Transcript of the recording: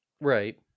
Right